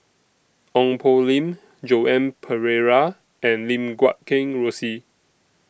Ong Poh Lim Joan Pereira and Lim Guat Kheng Rosie